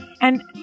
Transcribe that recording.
And-